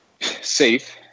safe